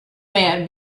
man